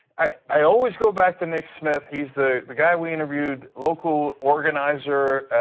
i always go back to nick smith, he's the the guy we interviewed, local organizer,